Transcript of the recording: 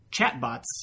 chatbots